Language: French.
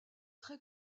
très